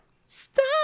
stop